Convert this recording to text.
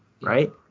right